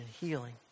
healing